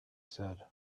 said